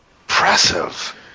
Impressive